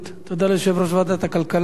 תודה ליושב-ראש ועדת הכלכלה.